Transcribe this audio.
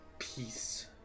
peace